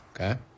okay